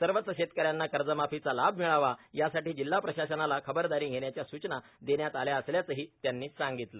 सर्वच शेतक यांना कर्जमाफीचा लाभ मिळावा यासाठी जिल्हा प्रशासनाला खबरदारी धेण्याच्या सुचना देण्यात आल्या असल्याचे त्यांनी सांगितले